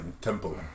Temple